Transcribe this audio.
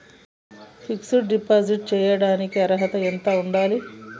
Fix డ్ deposit చేయటానికి అర్హత ఎంత ఉండాలి?